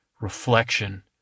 reflection